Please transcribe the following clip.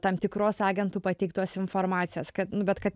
tam tikros agentų pateiktos informacijos kad nu bet kad